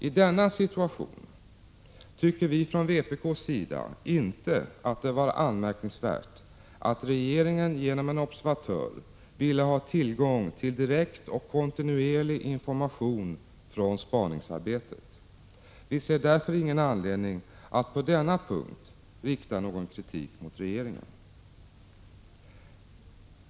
I denna situation tycker vi från vpk:s sida inte att det var anmärkningsvärt att regeringen genom en observatör ville ha tillgång till direkt och kontinuerlig information från spaningsarbetet. Vi ser därför ingen anledning att på denna punkt rikta någon kritik mot regeringen.